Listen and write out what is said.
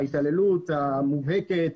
ההתעללות המובהקת,